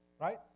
Right